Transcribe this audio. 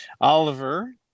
Oliver